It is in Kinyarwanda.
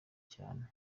cyane